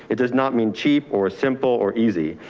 it does not mean cheap or simple or easy.